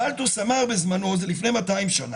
מלטוס אמר בזמנו, זה לפני 200 שנים,